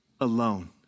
alone